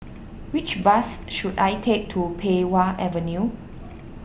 which bus should I take to Pei Wah Avenue